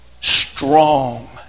Strong